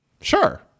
Sure